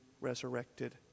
resurrected